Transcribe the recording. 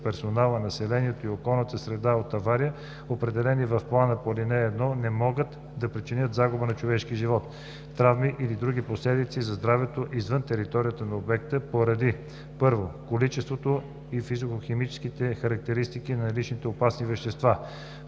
1. количеството и физикохимичните характеристики на наличните опасни вещества;